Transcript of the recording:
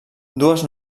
dues